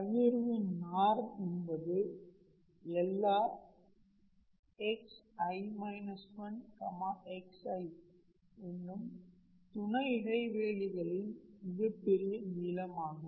பகிர்வின் norm என்பது எல்லா xi 1xi என்னும் துணை இடைவெளிகளின் மிகப்பெரிய நீளம் ஆகும்